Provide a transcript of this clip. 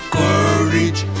courage